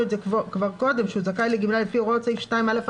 את זה כבר קודם שהוא זכאי לגמלה לפי הוראות סעיף 2(א)(4),